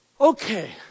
Okay